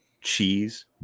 cheese